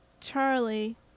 Charlie